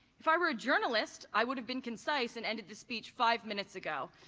if i were a journalist, i would have been concise and ended the speech five minutes ago.